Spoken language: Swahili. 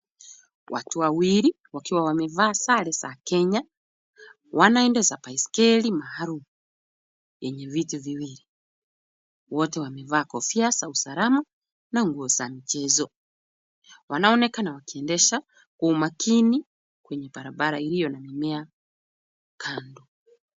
Watu wawili wakiwa wamevaa sare za Kenya, wanaendesha baiskeli maalum yenye viti viwili. Wote wamevaa kofia za usalama na nguo za michezo. Wanaonekana wakiendesha kwa umakini kwenye barabara iliyo na mimea kando.